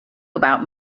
about